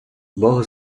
бог